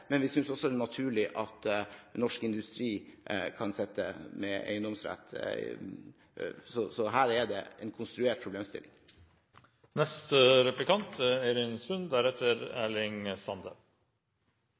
men vi synes det er naturlig at også norsk industri kan sitte med eiendomsrett. Så her er det en konstruert